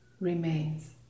remains